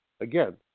again